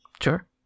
Sure